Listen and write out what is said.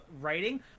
writing